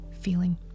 feeling